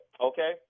okay